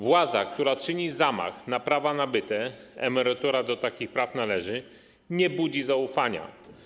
Władza, która czyni zamach na prawa nabyte - emerytura do takich praw należy - nie budzi zaufania.